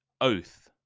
Oath